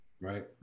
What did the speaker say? Right